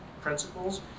principles